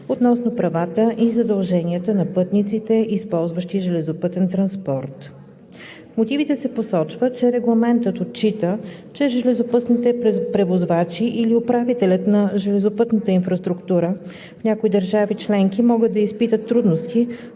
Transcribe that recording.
относно правата и задълженията на пътниците, използващи железопътен транспорт. В мотивите се посочва, че Регламентът отчита, че железопътните превозвачи или управителят на железопътната инфраструктура в някои държави членки могат да изпитат трудности